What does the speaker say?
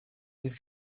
bydd